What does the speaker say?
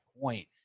point